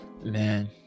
Man